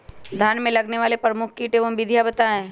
धान में लगने वाले प्रमुख कीट एवं विधियां बताएं?